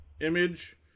image